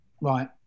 Right